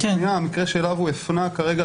המקרה שאליו הוא הפנה כרגע,